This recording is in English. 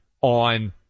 on